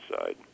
side